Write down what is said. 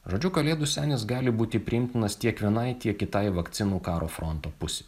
žodžiu kalėdų senis gali būti priimtinas tiek vienai tiek kitai vakcinų karo fronto pusių